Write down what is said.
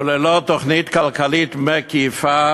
וללא תוכנית כלכלית מקיפה